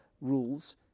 rules